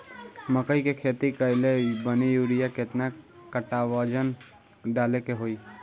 मकई के खेती कैले बनी यूरिया केतना कट्ठावजन डाले के होई?